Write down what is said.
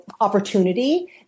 opportunity